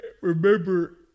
remember